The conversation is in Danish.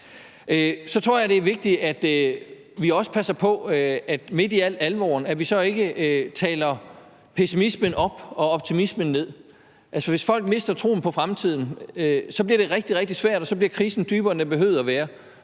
Så tror jeg også, det er vigtigt, at vi midt i al alvoren passer på, at vi ikke taler pessimismen op og optimismen ned. Altså, hvis folk mister troen på fremtiden, så bliver det rigtig, rigtig svært, og så bliver krisen dybere, end den behøvede at være.